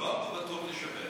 אבל היסודות הם אותם יסודות.